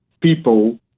people